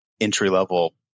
entry-level